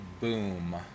boom